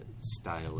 style